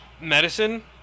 medicine